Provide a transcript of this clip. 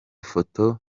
foto